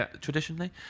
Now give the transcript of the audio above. traditionally